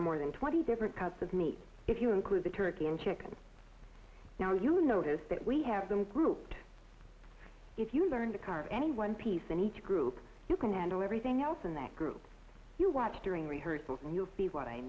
here more than twenty different cuts of meat if you include the turkey and chicken now you notice that we have them grouped if you learn to carve any one piece in each group you can handle everything else in that group you watch during rehearsal you'll see what i